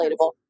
relatable